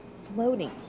floating